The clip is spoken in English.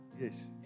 Yes